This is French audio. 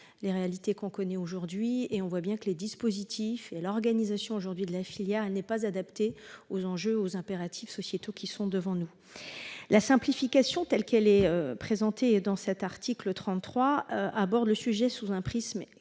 les réalités rencontrées aujourd'hui. Les dispositifs et l'organisation de la filière ne sont pas adaptés aux enjeux et aux impératifs sociétaux qui sont devant nous. La simplification, telle qu'elle est présentée dans cet article 33, aborde le sujet sous un prisme